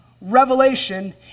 revelation